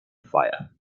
fire